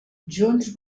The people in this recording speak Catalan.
junts